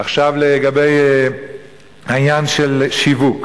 עכשיו לגבי העניין של השיווק.